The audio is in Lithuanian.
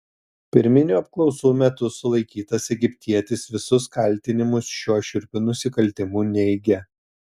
pirminių apklausų metu sulaikytas egiptietis visus kaltinimus šiuo šiurpiu nusikaltimu neigia